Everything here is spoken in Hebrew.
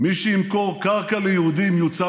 מי שחבר אומר את כל הביקורת שיש לו לחברו